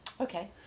okay